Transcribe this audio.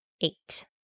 eight